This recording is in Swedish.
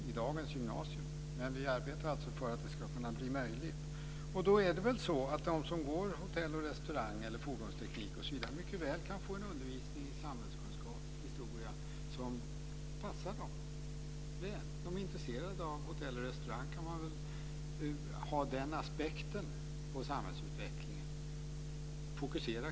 i dagens gymnasium. Men vi arbetar för att det ska bli möjligt. De som går hotell och restaurangprogrammet och fordonsteknikprogrammet kan mycket väl få undervisning i samhällskunskap och historia som passar dem väl. För dem som är intresserade av hotell och restaurang går det väl att fokusera kring den aspekten på samhällsutvecklingen.